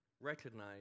recognize